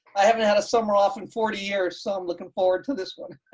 i haven't had a summer off in forty years so i'm looking forward to this one.